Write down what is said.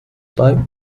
bei